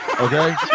okay